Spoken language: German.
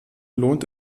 lohnt